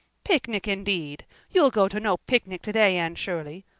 picnic, indeed! you'll go to no picnic today, anne shirley.